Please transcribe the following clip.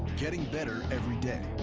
getting better everyday.